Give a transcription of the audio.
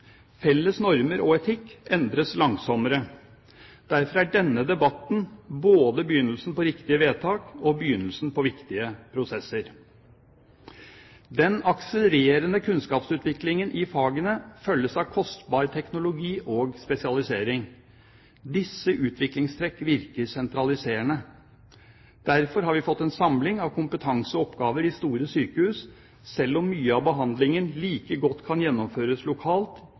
Felles normer og etikk endres langsommere. Derfor er denne debatten både begynnelsen på riktige vedtak og begynnelsen på viktige prosesser. Den akselererende kunnskapsutviklingen i fagene følges av kostbar teknologi og spesialisering. Disse utviklingstrekk virker sentraliserende. Derfor har vi fått en samling av kompetanse og oppgaver i store sykehus, selv om mye av behandlingen like godt kan gjennomføres lokalt